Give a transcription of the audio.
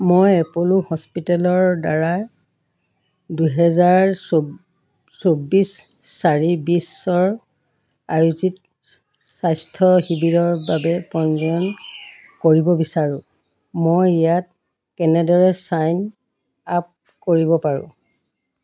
মই এপল' হস্পিটেলৰ দ্বাৰা দুহেজাৰ চৌ চৌব্বিছ চাৰি বিছৰ আয়োজিত স্বাস্থ্য শিবিৰৰ বাবে পঞ্জীয়ন কৰিব বিচাৰোঁ মই ইয়াত কেনেদৰে ছাইন আপ কৰিব পাৰোঁ